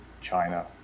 China